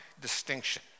distinction